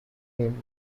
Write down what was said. him